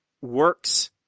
works